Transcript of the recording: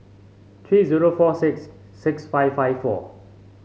three zero four six six five five four